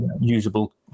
usable